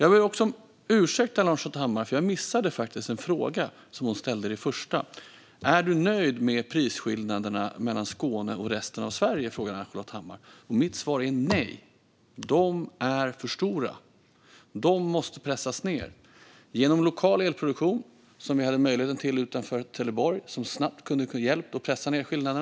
Jag vill be Ann-Charlotte Hammar Johnsson om ursäkt för att jag missade en fråga som hon ställde i sitt första anförande. Hon frågade: Är du nöjd med prisskillnaderna mellan Skåne och resten av Sverige? Mitt svar är: Nej, de är för stora. De måste pressas ned. De kan pressas ned genom lokal elproduktion, som vi hade möjlighet till utanför Trelleborg. Den hade snabbt kunnat hjälpa till att pressa ned skillnaden.